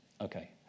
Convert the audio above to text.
Okay